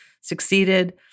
succeeded